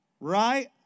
Right